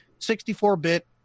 64-bit